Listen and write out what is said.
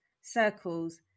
circles